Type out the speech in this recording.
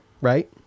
right